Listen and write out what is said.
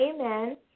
amen